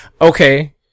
Okay